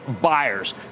buyers